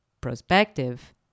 prospective